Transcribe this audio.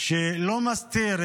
נראה